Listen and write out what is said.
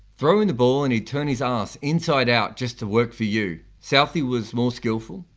throw in the ball and he'd turn his arse inside out just to work for you. southee was more skilful,